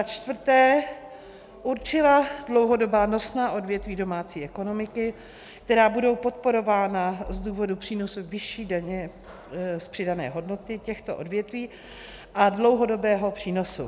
4. určila dlouhodobá nosná odvětví domácí ekonomiky, která budou podporována z důvodu přínosu vyšší přidané hodnoty těchto odvětví a dlouhodobého přínosu;